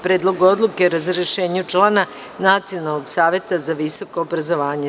Predlog odluke o razrešenju člana Nacionalnog saveta za visoko obrazovanje; 13.